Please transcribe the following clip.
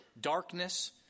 darkness